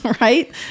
right